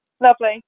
Lovely